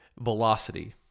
velocity